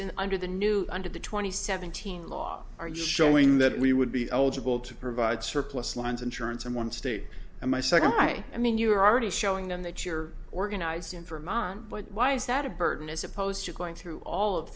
in under the new under the twenty seventeen law aren't showing that we would be eligible to provide surplus lines insurance in one state and my second by i mean you're already showing them that you're organizing for a month but why is that a burden as opposed to going through all